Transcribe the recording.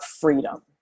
freedom